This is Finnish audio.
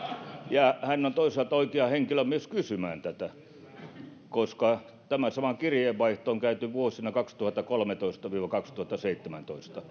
ja hän on toisaalta oikea henkilö myös kysymään tätä koska tämä sama kirjeenvaihto on käyty vuosina kaksituhattakolmetoista viiva kaksituhattaseitsemäntoista